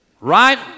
right